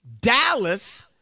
Dallas—